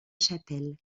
chapelle